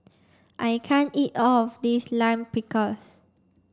I can't eat all of this Lime Pickles